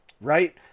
Right